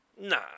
Nah